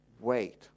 wait